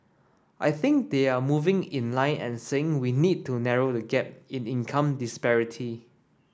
I think they are moving in line and saying we need to narrow the gap in income disparity